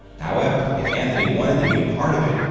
however, if anthony wanted to be a part of it,